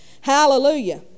Hallelujah